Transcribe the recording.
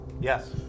Yes